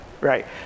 right